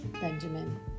Benjamin